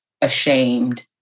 ashamed